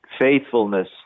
faithfulness